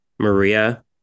Maria